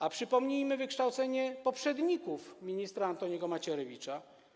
A przypomnijmy wykształcenie poprzedników ministra Antoniego Macierewicza.